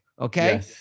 okay